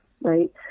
right